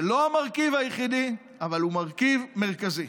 זה לא המרכיב היחיד, אבל זה מרכיב מרכזי.